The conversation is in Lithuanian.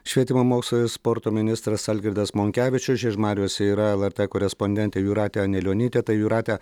švietimo mokslo ir sporto ministras algirdas monkevičius žiežmariuose yra lrt korespondentė jūratė anilionytė tai jūrate